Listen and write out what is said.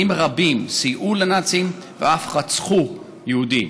רבים סייעו לנאצים ואף רצחו יהודים.